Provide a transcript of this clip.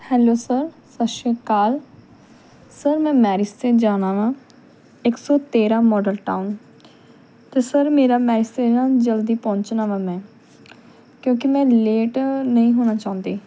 hello sir ਸਤਿ ਸ਼੍ਰੀ ਅਕਾਲ ਸਰ ਮੈਂ ਮੈਰਿਜ 'ਤੇ ਜਾਣਾ ਵਾਂ ਇਕ ਸੌ ਤੇਰਾ ਮਾਡਲ ਟਾਊਨ 'ਤੇ ਸਰ ਮੇਰਾ ਮੈਰਿਜ 'ਤੇ ਨਾ ਜਲਦੀ ਪਹੁੰਚਣਾ ਵਾ ਮੈਂ ਕਿਉਂਕਿ ਮੈਂ ਲੇਟ ਨਹੀਂ ਹੋਣਾ ਚਾਹੁੰਦੀ